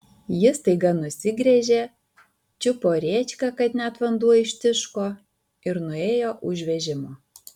ji staiga nusigręžė čiupo rėčką kad net vanduo ištiško ir nuėjo už vežimo